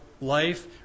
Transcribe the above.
life